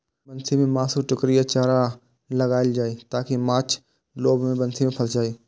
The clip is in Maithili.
बंसी मे मासुक टुकड़ी या चारा लगाएल जाइ, ताकि माछ लोभ मे बंसी मे फंसि जाए